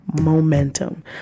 momentum